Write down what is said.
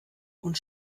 und